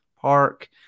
park